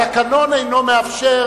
התקנון אינו מאפשר